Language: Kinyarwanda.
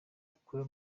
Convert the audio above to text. dukura